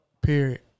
period